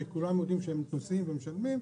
שכולנו יודעים שהם נוסעים ומשלמים,